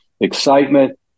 excitement